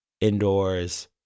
indoors